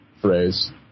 phrase